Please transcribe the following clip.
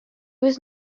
was